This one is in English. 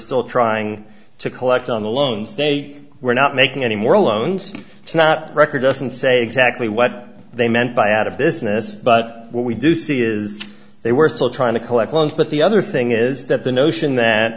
still trying to collect on the loans they were not making any more loans it's not record doesn't say exactly what they meant by out of business but what we do see is they were still trying to collect loans but the other thing is that the notion that